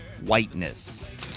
whiteness